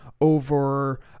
over